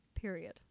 Period